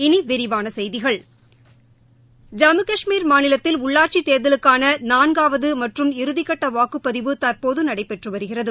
இனி விரிவான செய்திகள் ஜம்மு கஷ்மீர் மாநிலத்தில் உள்ளாட்சி தேர்தலுக்கான நான்காவது மற்றும் இறுதிக்கட்ட வாக்குப்பதிவு தற்போது நடைபெற்று வருகிறது